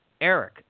eric